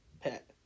pet